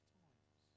times